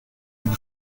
une